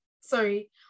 Sorry